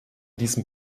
diesem